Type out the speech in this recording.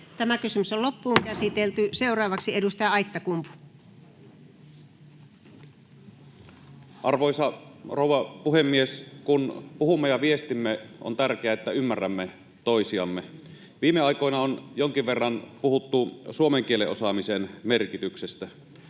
lisää porukkaa. Seuraavaksi edustaja Aittakumpu. Arvoisa rouva puhemies! Kun puhumme ja viestimme, on tärkeää, että ymmärrämme toisiamme. Viime aikoina on jonkin verran puhuttu suomen kielen osaamisen merkityksestä.